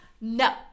no